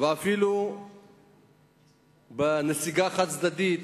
ואפילו בנסיגה חד-צדדית,